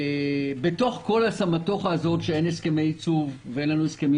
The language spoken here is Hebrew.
בתוך כל הסמטוכה הזאת שאין הסכמי ייצוב ואין לנו הסכמים